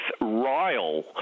Ryle